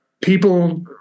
People